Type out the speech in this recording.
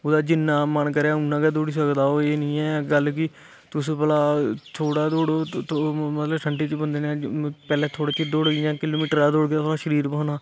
ओह्दा जिन्ना मन करै उन्ना गै दौड़ी सकदा ओह् एह् निं ऐ गल्ल कि तुस भला थोह्ड़ा दौड़ो तुह् मतलब ठंडी च बंदे ने पैह्लें थोह्ड़ा चिर दौड़ग इ'यां किलोमीटर हारा दौड़गे ओह्दा शरीर भखना